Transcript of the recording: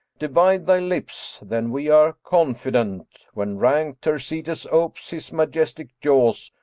divide thy lips than we are confident, when rank thersites opes his mastic jaws,